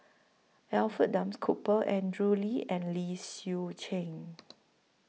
Alfred Duff Cooper Andrew Lee and Low Swee Chen